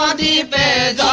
um the bad